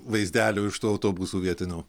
vaizdelių iš tų autobusų vietinių